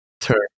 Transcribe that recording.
turn